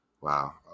Wow